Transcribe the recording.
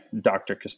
Dr